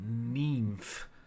nymph